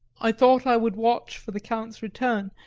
i thought i would watch for the count's return,